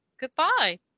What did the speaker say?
goodbye